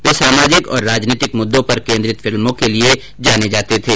वे सामाजिक और राजनीतिक मृद्दों पर केन्द्रित फिल्मों के लिए जाने जाते थे